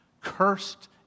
Cursed